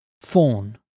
phone